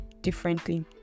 differently